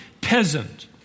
peasant